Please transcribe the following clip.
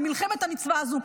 במלחמת המצווה הזו,